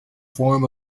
form